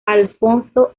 alfonso